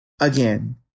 again